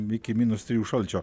iki minus trijų šalčio